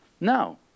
No